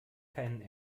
keinen